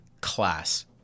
class